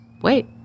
wait